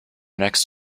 next